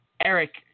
Eric